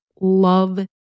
love